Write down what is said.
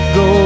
go